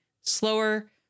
slower